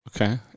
Okay